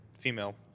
female